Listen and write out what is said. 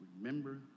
Remember